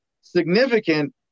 significant